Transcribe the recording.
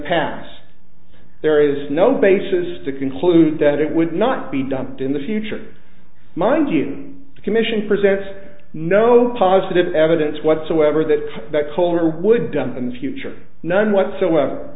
past there is no basis to conclude that it would not be done in the future mind you the commission presented no positive evidence whatsoever that that color would done in the future none whatsoever